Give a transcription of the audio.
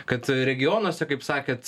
kad regionuose kaip sakėt